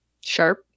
sharp